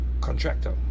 contractor